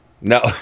no